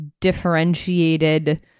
differentiated